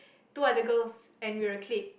two other girls and we were a clique